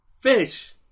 Fish